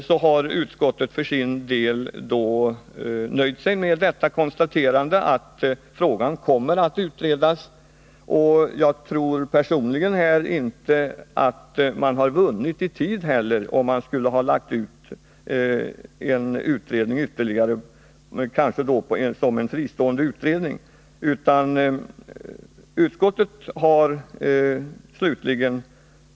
Och jag tror personligen att vi inte skulle ha vunnit något i tid, om vi hade lagt ut denna fråga till en fristående utredning.